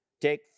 take